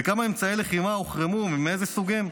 כמה אמצעי לחימה הוחרמו ומאיזה סוגים.